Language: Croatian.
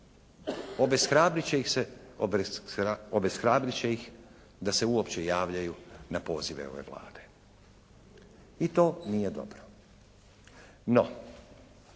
obeshrabrit će ih da se uopće javljaju na pozive ove Vlade. I to nije dobro. No